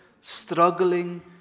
struggling